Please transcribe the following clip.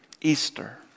Easter